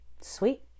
Sweet